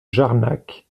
jarnac